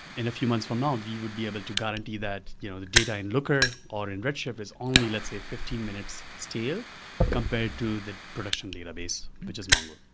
in a few months from now, we would be able to guarantee that you know the data in looker or in redshift is only, let's say, fifteen minutes stale compared to the production database, which is mongo.